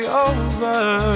over